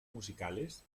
musicales